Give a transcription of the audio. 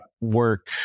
work